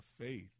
faith